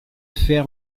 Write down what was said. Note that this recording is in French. fer